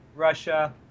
Russia